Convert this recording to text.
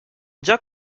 joc